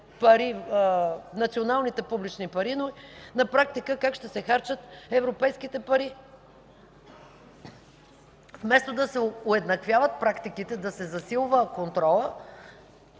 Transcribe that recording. харчат националните публични пари, но на практика как ще се харчат европейските пари. Вместо да се уеднаквяват практиките, да се засилват контролът,